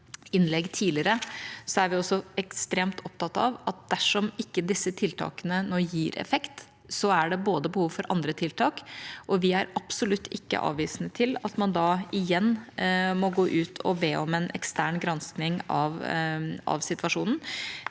er vi ekstremt opptatt av at dersom ikke disse tiltakene nå gir effekt, er det behov for andre tiltak. Vi er absolutt ikke avvisende til at man da igjen må gå ut og be om en ekstern gransking av situasjonen,